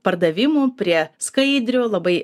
pardavimų prie skaidrių labai